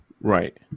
Right